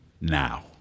now